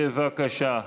בבקשה.